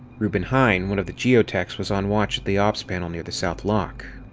reuben hein, one of the geotechs, was on watch at the ops panel near the south lock.